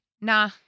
nah